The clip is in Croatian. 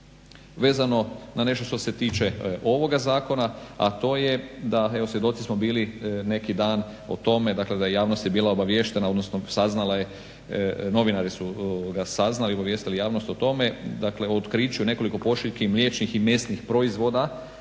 vezano na nešto što se tiče ovoga zakona, a to je da evo svjedoci smo bili neki dan o tome dakle da je javnost je bila obaviještena, odnosno saznala je novinari su saznali i obavijestili javnost o tome, dakle o otkriću nekoliko pošiljki mliječnih i mesnih proizvoda